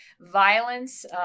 violence